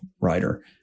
writer